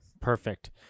perfect